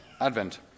Advent